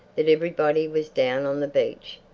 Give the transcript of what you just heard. that everybody was down on the beach,